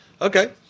Okay